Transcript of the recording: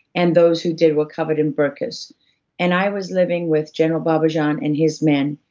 and those who did were covered in burkas and i was living with general babajan and his men,